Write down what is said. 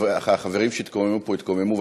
החברים שהתקוממו פה התקוממו,